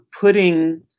putting